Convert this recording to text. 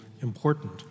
important